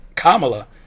Kamala